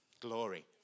glory